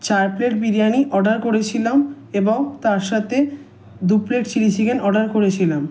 চার plate biryani order করেছিলাম এবং তার সাতে দু প্লেট চিলি চিকেন অর্ডার করেছিলাম